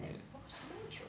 and